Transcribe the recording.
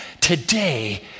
Today